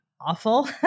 awful